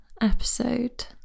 episode